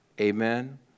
Amen